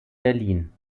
berlin